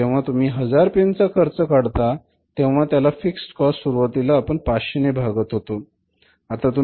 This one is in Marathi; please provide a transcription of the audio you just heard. म्हणजे जेव्हा तुम्ही 1000 पेन चा खर्च काढता तेव्हा त्याला फिक्स कॉस्ट सुरुवातीला आपण 500 ने भागत होतो